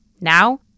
Now